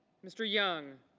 mr. young.